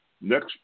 next